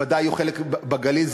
ובוודאי בגליל.